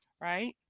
right